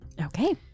Okay